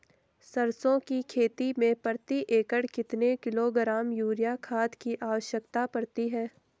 सरसों की खेती में प्रति एकड़ कितने किलोग्राम यूरिया खाद की आवश्यकता पड़ती है?